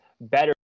better